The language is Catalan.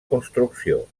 construcció